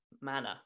manner